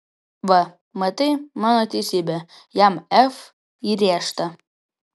va matai mano teisybė jam f įrėžta